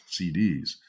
CDs